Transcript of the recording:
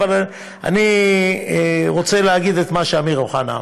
אני רוצה להגיד את מה שאמיר אוחנה אמר: